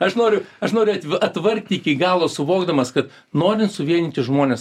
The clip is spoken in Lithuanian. aš noriu aš noriu atva atvargti iki galo suvokdamas kad norint suvienyti žmones